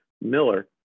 Miller